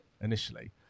initially